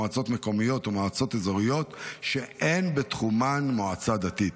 מועצות מקומיות ומועצות אזוריות שאין בתחומן מועצה דתית.